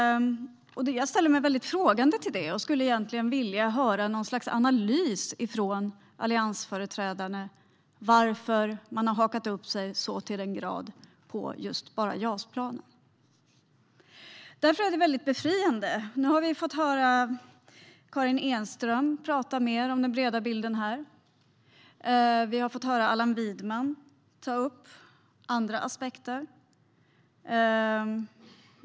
Jag ställer mig väldigt frågande till det och skulle vilja höra något slags analys från alliansföreträdarna om varför man har hakat upp sig så till den grad enbart på JAS-plan. Det är ganska befriande att höra Karin Enström prata mer om den breda bilden. Vi har fått höra Allan Widman ta upp andra aspekter.